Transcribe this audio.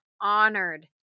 honored